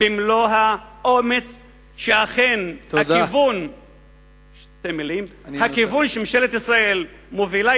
במלוא האומץ שאכן הכיוון שממשלת ישראל מובילה